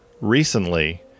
recently